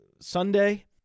Sunday